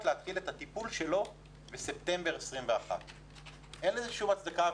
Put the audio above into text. להתחיל את הטיפול שלו בספטמבר 2021. אין לזה שום הצדקה.